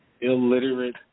illiterate